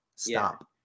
stop